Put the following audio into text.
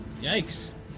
Yikes